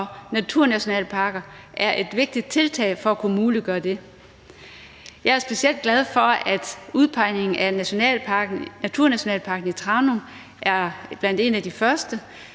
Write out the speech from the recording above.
og naturnationalparker er et vigtigt tiltag for at kunne muliggøre det. Jeg er specielt glad for, at udpegningen af naturnationalparken i Tranum er blandt de første,